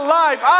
life